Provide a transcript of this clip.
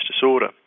disorder